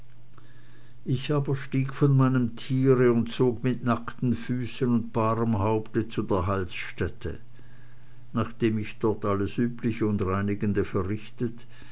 ich aber stieg von meinem tiere und zog mit nackten füßen und barem haupte zu der heilsstätte nachdem ich dort alles übliche und reinigende verrichtet